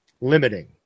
limiting